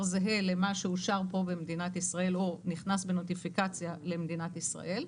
זהה למה שאושר כאן במדינת ישראל או נכנס בנוטיפיקציה למדינת ישראל,